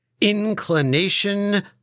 Inclination